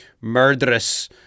murderous